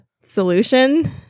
solution